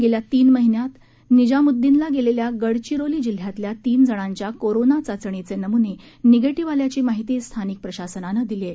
गेल्या तीन महिन्यात निजामुद्दीनला गेलेल्या गडचिरोली जिल्ह्यातल्या तीन जणांच्या कोरोना चाचणीचे नमुने निगेटीव्ह आल्याची माहिती स्थानिक प्रशासनानं दिली आहे